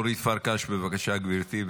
אורית פרקש, בבקשה, גברתי.